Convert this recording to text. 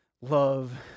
love